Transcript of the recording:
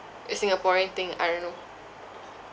a singaporean thing I don't know